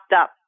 up